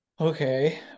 Okay